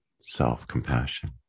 self-compassion